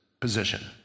position